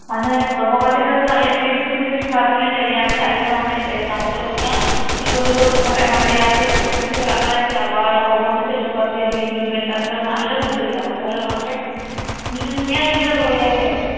ᱢᱟᱱᱮ ᱫᱚᱦᱚ ᱠᱟᱛᱮ ᱠᱷᱟᱡ ᱫᱚ ᱟᱞᱮ ᱯᱷᱮᱥ ᱴᱩ ᱯᱷᱮᱥ ᱥᱟᱫᱤᱱ ᱞᱮ ᱧᱮᱞᱮᱭᱟ ᱥᱮ ᱟᱞᱮ ᱥᱟᱢᱟᱝ ᱨᱮ ᱛᱟᱦᱮᱱᱟ ᱛᱟᱦᱚᱞᱮ ᱩᱱᱤᱭᱟᱜ ᱯᱩᱨᱤᱵᱚᱨᱛᱚᱱ ᱜᱷᱚᱴᱟᱜ ᱠᱟᱱᱛᱟᱭᱟ ᱥᱮ ᱩᱱᱱᱚᱛᱤ ᱥᱮᱜ ᱪᱟᱞᱟᱜ ᱠᱟᱱᱟᱭ ᱥᱮ ᱟᱵᱟᱨ ᱚᱵᱚᱱᱚᱛᱤ ᱥᱮᱜ ᱦᱤᱡᱩᱜ ᱠᱟᱱᱛᱟᱭᱟ ᱱᱤᱭᱟᱹ ᱴᱨᱤᱴᱢᱮᱱᱴ ᱴᱟᱜ ᱛᱟᱦᱞᱮ ᱚᱱᱟ ᱟᱞᱮᱞᱮ ᱵᱩᱡ ᱫᱟᱲᱮᱭᱟᱜ ᱼᱟ ᱢᱟᱱᱮ ᱛᱟᱦᱞᱮ ᱚᱱᱟ ᱟᱞᱮ ᱢᱤᱫ ᱫᱤᱱ ᱧᱮᱞ ᱨᱮᱞᱮ ᱫᱚᱦᱚᱭᱮᱭᱟ ᱥᱮ